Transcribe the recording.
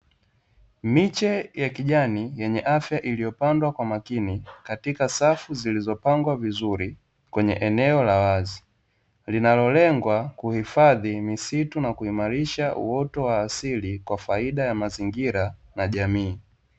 Miche ya kijani yenye afya iliyopandwa kwa makini katika safu zilizopangwa vizuri kwenye eneo la wazi linalolengwa kuhifadhi misitu na kuimarisha uoto wa asili kwa faida ya mazingira na jamii.